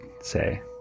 say